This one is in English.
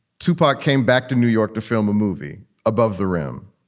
tupac came back to new york to film a movie above the rim.